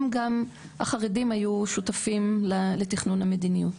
גם החרדים היו שותפים לתכנון המדיניות.